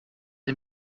dem